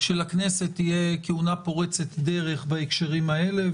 של הכנסת תהיה כהונה פורצת דרך בהקשרים האלה.